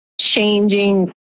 changing